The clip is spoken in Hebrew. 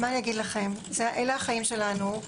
אלה החיים שלנו.